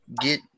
get